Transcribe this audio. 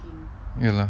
ya lah